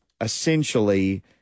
essentially